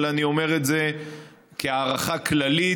אבל אני אומר את זה כהערכה כללית.